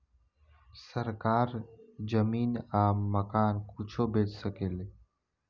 सरकार जमीन आ मकान कुछो बेच सके ले